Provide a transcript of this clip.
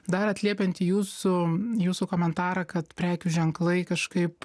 dar atliepiant į jūsų jūsų komentarą kad prekių ženklai kažkaip